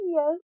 Yes